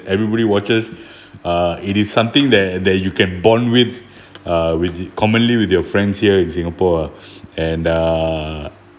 everybody watches uh it is something that that you can bond with uh with the commonly with your friends here in singapore ah and uh